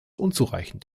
unzureichend